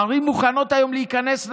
הערים מוכנות היום להיכנס לזה,